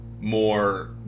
more